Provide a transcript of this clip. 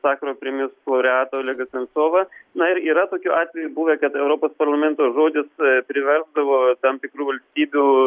sacharovo premijos laureatą olegą sensovą na ir yra tokių atvejų buvę kad europos parlamento žodis priversdavo tam tikrų valstybių